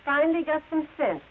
finally got some sense